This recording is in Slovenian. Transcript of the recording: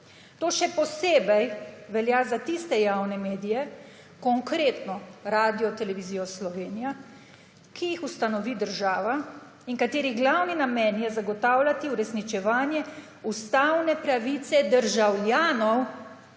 To še posebej velja za tiste javne medije, konkretno Radiotelevizijo Slovenija, ki jih ustanovi država in katerih glavni namen je zagotavljati uresničevanje ustavne pravice državljanov